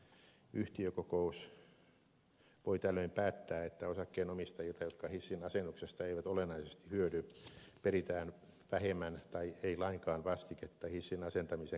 yhtiökokous voi tällöin päättää että osakkeenomistajilta jotka hissin asennuksesta eivät olennaisesti hyödy peritään vähemmän tai ei lainkaan vastiketta hissin asentamisen kuluihin